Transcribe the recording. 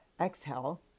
Exhale